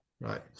right